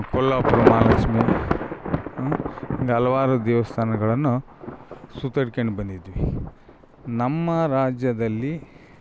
ಕೊಲ್ಲಾಪುರ ಮಹಾಲಕ್ಷ್ಮೀ ಹಲ್ವಾರು ದೇವಸ್ಥಾನಗಳನ್ನು ಸುತ್ಯಡ್ಕೊಂಡು ಬಂದಿದ್ದೀವಿ ನಮ್ಮ ರಾಜ್ಯದಲ್ಲಿ